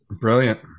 Brilliant